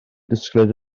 disgled